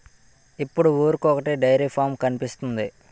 ఇప్పుడు ఊరికొకొటి dairy farm కనిపిస్తోంది